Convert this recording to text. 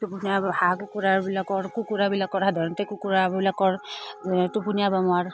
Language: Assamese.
টোপনিওৱা হাঁহ কুকুৰাবিলাকৰ কুকুৰাবিলাকৰ সাধাৰণতে কুকুৰাবিলাকৰ টোপনিওৱা বেমাৰ